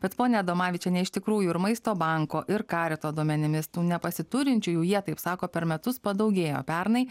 bet ponia adomavičiene iš tikrųjų ir maisto banko ir karito duomenimis tų nepasiturinčiųjų jie taip sako per metus padaugėjo pernai